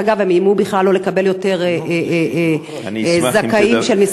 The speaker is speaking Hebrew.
הם איימו בכלל לא לקבל יותר זכאים של משרד,